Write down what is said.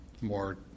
more